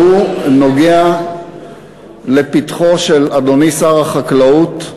והוא לפתחו של אדוני שר החקלאות,